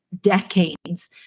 decades